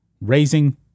raising